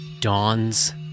dawns